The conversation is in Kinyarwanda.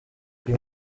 uyu